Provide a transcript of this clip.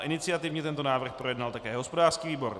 Iniciativně tento návrh projednal také hospodářský výbor.